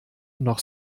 noch